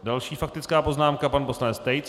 Další faktická poznámka pan poslanec Tejc.